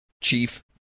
chief